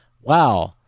wow